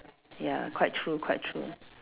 ya quite true quite true